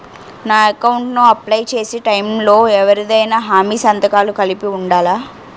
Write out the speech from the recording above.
నా అకౌంట్ ను అప్లై చేసి టైం లో ఎవరిదైనా హామీ సంతకాలు కలిపి ఉండలా?